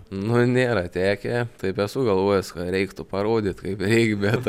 nu nėra tekę taip esu galvojęs ką reiktų parodyt kaip reik bet